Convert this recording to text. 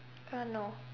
uh no